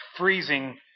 freezing